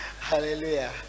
Hallelujah